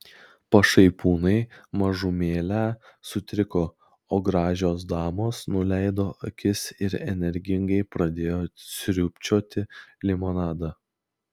pašaipūnai mažumėlę sutriko o gražios damos nuleido akis ir energingai pradėjo sriubčioti limonadą